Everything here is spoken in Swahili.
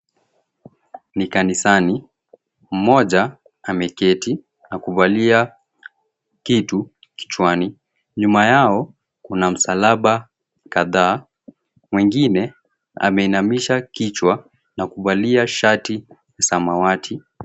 Ni kanisani. Mmoja ameketi na kuvalia kitu kichwani. Nyuma yao kuna msalaba kadhaa. Mwengine ameinamisha kichwa na kuvalia shati ya samawati.